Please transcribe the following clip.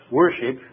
worship